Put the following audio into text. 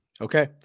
Okay